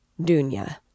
Dunya